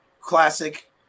classic